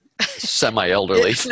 semi-elderly